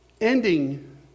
ending